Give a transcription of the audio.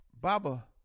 Baba